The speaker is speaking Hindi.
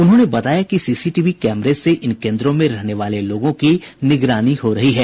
उन्होंने बताया कि सीसीटीवी कैमरे से इन केन्द्रों में रहने वाले लोगों की निगरानी हो रही है